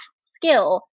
skill